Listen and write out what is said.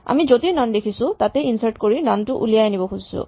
আমি য'তেই নন দেখিছোঁ তাতে ইনচাৰ্ট কৰি নন টো উলিয়াই আনিব খুজিছোঁ